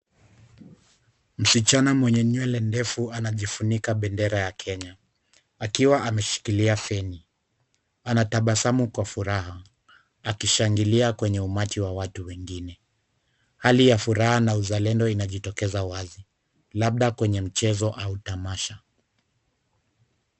Msichana mwenye nywele ndefu anajifunika bendera ya Kenya akiwa ameshikilia feni . Anatabasamu kwa furaha akishangilia kwenye umati wa watu wengine. Hali ya furaha na uzalendo inajitokeza wazi labda kwenye mchezo au tamasha.